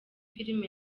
filime